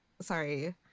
sorry